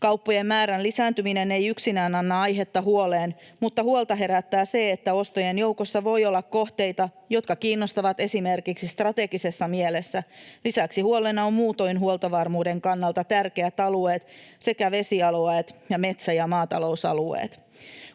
Kauppojen määrän lisääntyminen ei yksinään anna aihetta huoleen, mutta huolta herättää se, että ostojen joukossa voi olla kohteita, jotka kiinnostavat esimerkiksi strategisessa mielessä. Lisäksi huolena on muutoin huoltovarmuuden kannalta tärkeät alueet sekä vesialueet ja metsä- ja maatalousalueet.